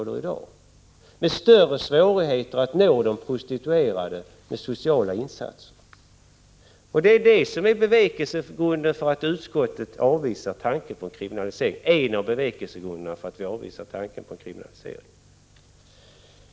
Det skulle bli större svårigheter att nå de prostituerade med sociala insatser. Detta är en av bevekelsegrunderna bakom utskottets tillbakavisande av en kriminalisering av kunderna.